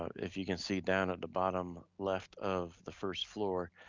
if you can see down at the bottom left of the first floor,